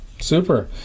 super